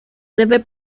debe